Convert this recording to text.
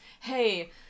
hey